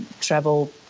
travel